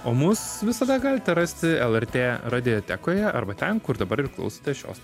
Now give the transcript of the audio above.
o mus visada galite rasti lrt radiotekoje arba ten kur dabar ir klausotės šios